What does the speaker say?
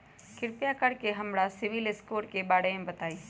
कृपा कर के हमरा सिबिल स्कोर के बारे में बताई?